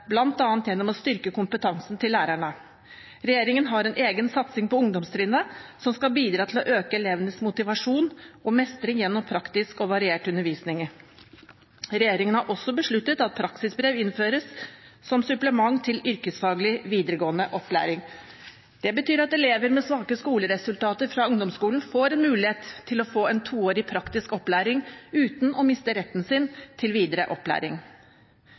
gjennom å styrke kompetansen til lærerne. Regjeringen har en egen satsing på ungdomstrinnet som skal bidra til å øke elevenes motivasjon og mestring gjennom praktisk og variert undervisning. Regjeringen har også besluttet at praksisbrev innføres som supplement til yrkesfaglig videregående opplæring. Det betyr at elever med svake skoleresultater fra ungdomsskolen får en mulighet til å få en toårig praktisk opplæring uten å miste retten sin til videre opplæring.